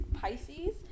Pisces